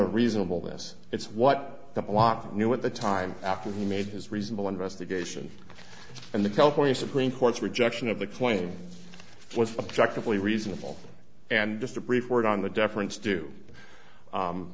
a reasonable this it's what the block knew at the time after he made his reasonable investigation and the california supreme court's rejection of the claim was attractively reasonable and just a brief word on the deference